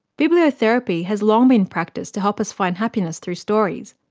bibliotherapy has long been practiced to help us find happiness through stories.